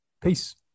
peace